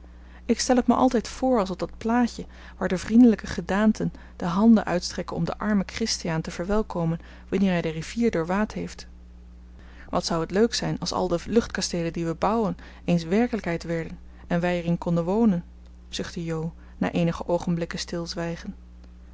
ik stel het me altijd voor als op dat plaatje waar de vriendelijke gedaanten de handen uitstrekken om den armen christiaan te verwelkomen wanneer hij de rivier doorwaad heeft wat zou het leuk zijn als al de luchtkasteelen die we bouwen eens werkelijkheid werden en wij er in konden wonen zuchtte jo na eenige oogenblikken stilzwijgen